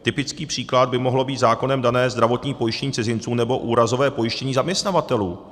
Typický příklad by mohlo být zákonem dané zdravotní pojištění cizinců nebo úrazové pojištění zaměstnavatelů.